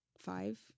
Five